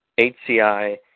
HCI